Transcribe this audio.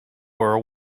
were